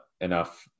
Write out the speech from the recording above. enough